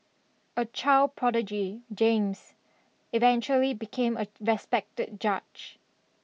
a child prodigy James eventually became a respected judge